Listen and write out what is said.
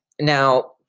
Now